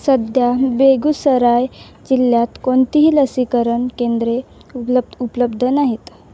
सध्या बेगुसराय जिल्ह्यात कोणतीही लसीकरण केंद्रे उपलब् उपलब्ध नाहीत